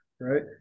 right